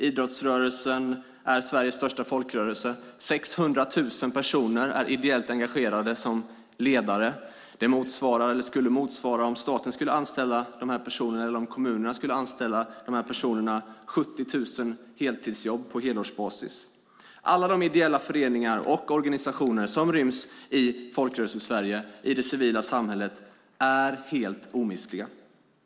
Idrottsrörelsen är Sveriges största folkrörelse. 600 000 personer är ideellt engagerade som ledare. Om staten eller kommunerna skulle anställa de här personerna skulle det motsvara 70 000 heltidsjobb på helårsbasis. Alla de ideella föreningar och organisationer som ryms i Folkrörelsesverige, i det civila samhället, är helt omistliga.